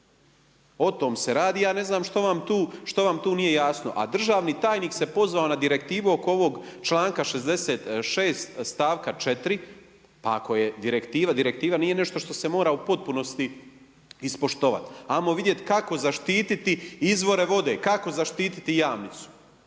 O tom se radi, ja ne znam što vam tu nije jasno, a državni tajnik se pozivao na direktivu oko ovog članka 66. stavka 4., pa ako je direktiva, direktiva, nije nešto što se mora u potpunosti ispoštovati. Ajmo vidjeti kako zaštiti izvore vode, kako zaštiti Jamnicu.